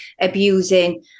abusing